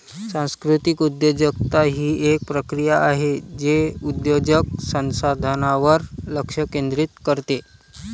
सांस्कृतिक उद्योजकता ही एक प्रक्रिया आहे जे उद्योजक संसाधनांवर लक्ष केंद्रित करते